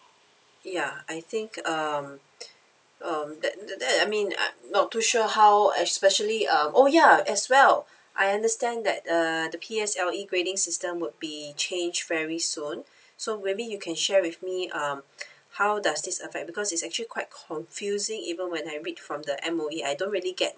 ya I think um um that that I mean I'm not too sure how especially um oh ya as well I understand that uh the P_S_L_E grading system would be changed very soon so maybe you can share with me um how does this affect because it's actually quite confusing even when I read from the M_O_E I don't really get